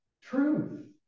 truth